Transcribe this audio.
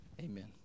Amen